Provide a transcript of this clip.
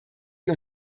sie